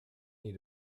need